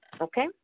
Okay